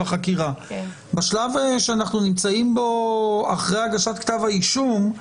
החקירה שבו כשנפגע לא רוצה שיפגעו בחסיון שלו,